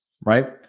Right